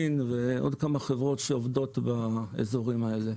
ועוד כמה חברות שעובדות באזורים האלה.